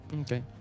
Okay